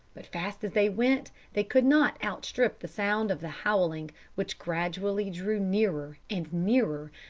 but fast as they went, they could not outstrip the sound of the howling, which gradually drew nearer and nearer,